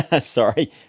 sorry